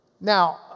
now